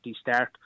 start